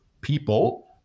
people